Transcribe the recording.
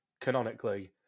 canonically